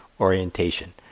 orientation